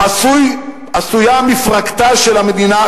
עשויה מפרקתה של המדינה,